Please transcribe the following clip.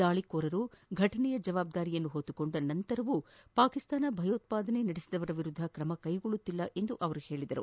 ದಾಳಿಕೋರರು ಫಟನೆಯ ಜವಾಬ್ದಾರಿಯನ್ನು ಹೊತ್ತುಕೊಂಡ ನಂತರವೂ ಪಾಕಿಸ್ತಾನ ಭಯೋತ್ವಾದನೆ ನಡೆಸಿದವರ ವಿರುದ್ದ ತ್ರಮ ಕೈಗೊಳ್ಳುತ್ತಿಲ್ಲ ಎಂದು ಅವರು ಹೇಳಿದರು